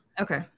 Okay